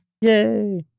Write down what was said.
Yay